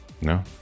no